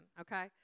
Okay